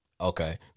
Okay